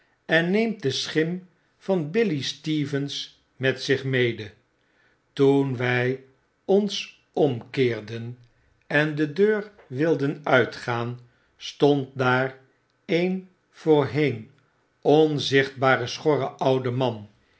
en neemt de schim van billy stevens met zich mede toen wij ons omkeerden en de deur wilden uitgaan stond daar een voorheen onzichtbare schorre oude man